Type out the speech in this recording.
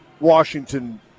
Washington